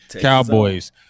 cowboys